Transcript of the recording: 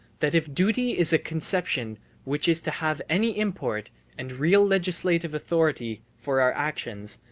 that if duty is a conception which is to have any import and real legislative authority for our actions,